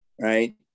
Right